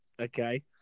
okay